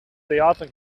theater